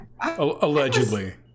Allegedly